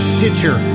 Stitcher